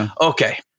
okay